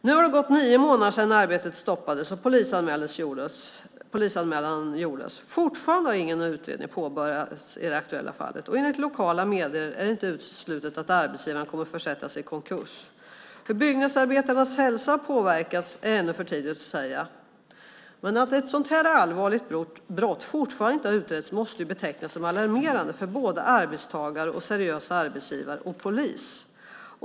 Nu har det gått nio månader sedan arbetet stoppades och polisanmälan gjordes. Fortfarande har ingen utredning påbörjats i det aktuella fallet. Enligt lokala medier är det inte uteslutet att arbetsgivaren kommer att försättas i konkurs. Hur byggnadsarbetarnas hälsa har påverkats är ännu för tidigt att säga. Att ett sådant här allvarligt brott fortfarande inte har utretts måste betecknas som alarmerande för arbetstagare, seriösa arbetsgivare och polis.